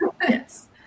yes